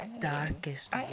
darkest